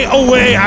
away